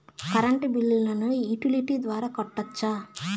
Current బిల్లును utility ద్వారా కట్టొచ్చా?